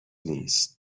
نیست